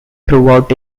throughout